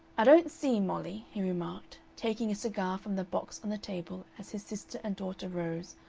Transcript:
i don't see, mollie, he remarked, taking a cigar from the box on the table as his sister and daughter rose,